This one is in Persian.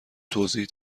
توضیح